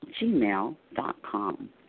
gmail.com